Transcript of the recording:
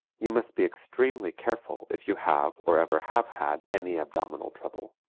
you must be extremely careful if you have or ever have had any abdominal trouble.